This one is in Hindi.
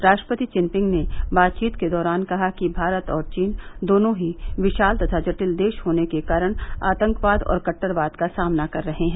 राष्ट्रपति चिनपिंग ने बातचीत के दौरान कहा कि भारत और चीन दोनों ही विशाल तथा जटिल देश होने के कारण आतंकवाद और कट्टरवाद का सामना कर रहे हैं